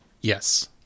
Yes